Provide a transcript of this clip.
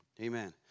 Amen